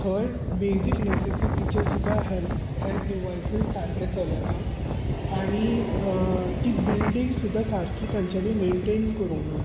थंय बेजीक नॅसेसिटिचे सुद्दां हॅल्थ हॅल्थ डिवायसीस सारके चलना आनी ती बिल्डींग सुद्दां सारकी तेंच्यानी मैनटैन करूंक ना